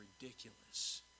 ridiculous